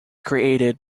created